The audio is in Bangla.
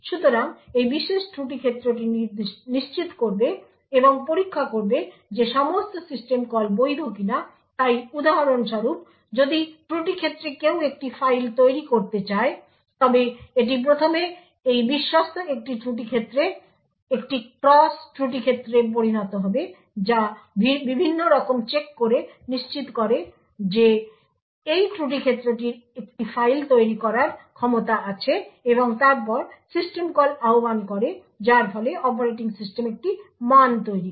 সুতরাং এই বিশেষ ত্রুটি ক্ষেত্রটি নিশ্চিত করবে এবং পরীক্ষা করবে যে সমস্ত সিস্টেম কল বৈধ কিনা তাই উদাহরণস্বরূপ যদি ত্রুটি ক্ষেত্রে কেউ একটি ফাইল তৈরি করতে চায় তবে এটি প্রথমে এই বিশ্বস্ত একটি ত্রুটি ক্ষেত্রে একটি ক্রস ত্রুটি ক্ষেত্রে পরিণত হবে যা বিভিন্নরকম চেক করে নিশ্চিত করে যে সেই ত্রুটি ক্ষেত্রটির একটি ফাইল তৈরি করার ক্ষমতা আছে এবং তারপর সিস্টেম কল আহ্বান করে যার ফলে অপারেটিং সিস্টেম একটি মান তৈরি করে